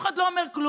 אף אחד לא אומר כלום.